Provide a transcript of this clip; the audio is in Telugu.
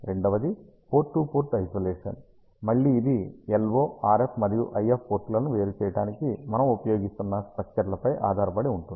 రెండవది పోర్ట్ టు పోర్ట్ ఐసోలేషన్ మళ్ళీ ఇది LO RF మరియు IF పోర్ట్లను వేరు చేయడానికి మనము ఉపయోగిస్తున్న స్టక్చర్లపై ఆధారపడి ఉంటుంది